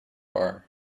are